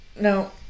No